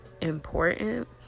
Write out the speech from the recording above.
important